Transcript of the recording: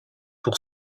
pour